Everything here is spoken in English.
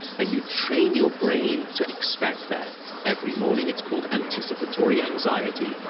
and you train your brain to expect that every morning. it's called anticipatory anxiety.